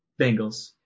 Bengals